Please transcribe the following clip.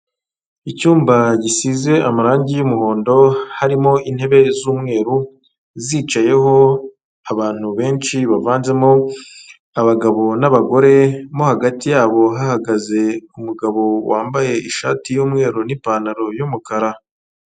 Icyumba gisize amarangi y'umuhondo, harimo intebe z'umweru, zicayeho abantu benshi bavanzemo abagabo n'abagore ,mo hagati yabo hahagaze umugabo wambaye ishati y'umweru n'ipantaro y'umukara.